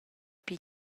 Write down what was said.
per